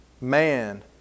Man